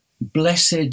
blessed